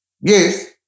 Yes